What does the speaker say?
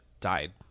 died